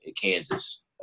Kansas